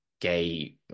gay